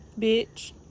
Bitch